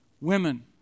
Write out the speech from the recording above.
Women